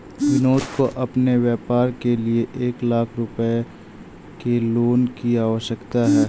विनोद को अपने व्यापार के लिए एक लाख रूपए के लोन की आवश्यकता है